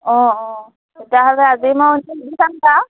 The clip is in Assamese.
অঁ অঁ তেতিয়াহ'লে আজি মই এনেকৈ সুধি চাম বাৰু